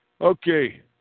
Okay